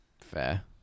Fair